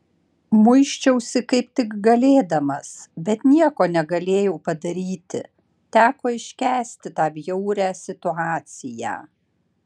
muisčiausi kaip tik galėdamas bet nieko negalėjau padaryti teko iškęsti tą bjaurią situaciją